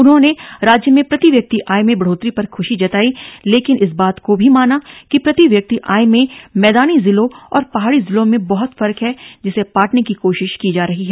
उन्होंने राज्य में प्रति व्यक्ति आय में बढ़ोतरी पर खुशी जताई लेकिन इस बात को भी माना कि प्रति व्यक्ति आय में मैदानी जिलों और पहाड़ी जिलों में बहुत फर्क है जिसे पाटने की कोशिश की जा रही है